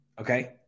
okay